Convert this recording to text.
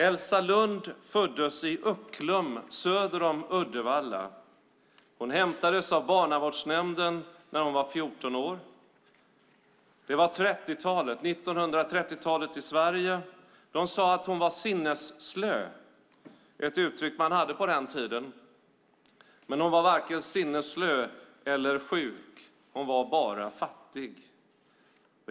Elsa Lund föddes i Ucklum söder om Uddevalla. Hon hämtades av barnavårdsnämnden när hon var 14 år. Det var 1930-tal i Sverige. De sa att hon var sinnesslö - ett uttryck som man hade på den tiden. Men hon var varken sinnesslö eller sjuk. Hon var bara fattig.